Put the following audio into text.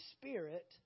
Spirit